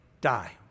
die